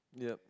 yup